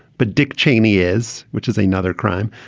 but dick cheney is which is another crime.